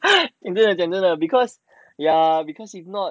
讲真的讲真的 ya because if not